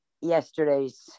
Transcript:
yesterday's